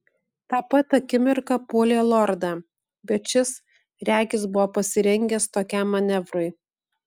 tą pat akimirką puolė lordą bet šis regis buvo pasirengęs tokiam manevrui